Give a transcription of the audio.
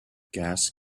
gas